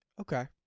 Okay